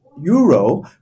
euro